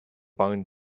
barn